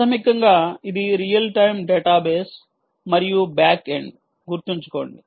ప్రాథమికంగా ఇది real time database మరియు బ్యాక్ ఎండ్ గుర్తుంచుకోండి